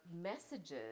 messages